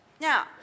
Now